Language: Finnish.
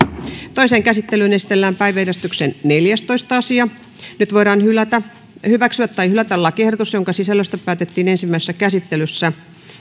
toiseen käsittelyyn esitellään päiväjärjestyksen neljästoista asia nyt voidaan hyväksyä tai hylätä lakiehdotus jonka sisällöstä päätettiin ensimmäisessä käsittelyssä